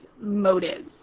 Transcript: motives